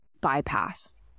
bypass